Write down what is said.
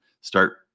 start